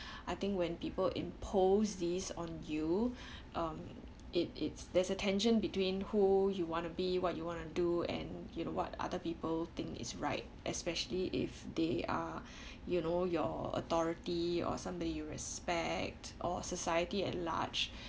I think when people impose these on you um it it's there's a tension between who you wanna be what you wanna do and you know what other people think is right especially if they are you know your authority or somebody you respect or society at large